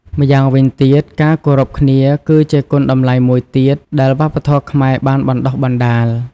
ម្យ៉ាងវិញទៀត ការគោរពគ្នា គឺជាគុណតម្លៃមួយទៀតដែលវប្បធម៌ខ្មែរបានបណ្តុះបណ្ណាល។